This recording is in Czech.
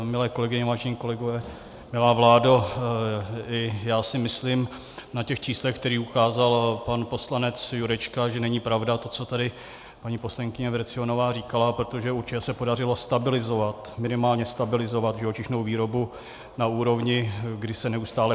Milé kolegyně, vážení kolegové, milá vládo, i já si myslím, že na těch číslech, co tady ukázal pan poslanec Jurečka, není pravda to, co tady paní poslankyně Vrecionová říkala, protože určitě se podařilo stabilizovat, minimálně stabilizovat živočišnou výrobu na úrovni, kdy se neustále propadala.